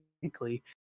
technically